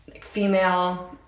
female